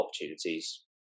opportunities